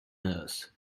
nurse